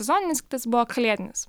sezoninis kitas buvo kalėdinis